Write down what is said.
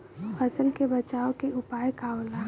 फसल के बचाव के उपाय का होला?